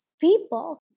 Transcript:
people